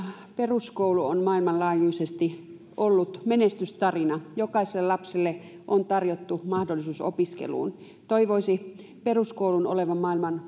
peruskoulu on maailmanlaajuisesti ollut menestystarina jokaiselle lapselle on tarjottu mahdollisuus opiskeluun toivoisi peruskoulun olevan maailman